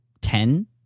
ten